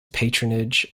patronage